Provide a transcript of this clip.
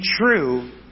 true